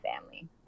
family